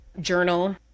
journal